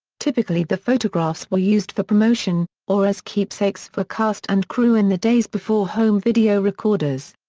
typically the photographs were used for promotion, or as keepsakes for cast and crew in the days before home video recorders.